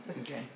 Okay